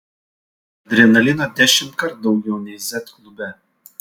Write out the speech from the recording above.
adrenalino dešimtkart daugiau nei z klube